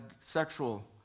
sexual